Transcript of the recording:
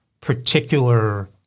particular